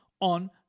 on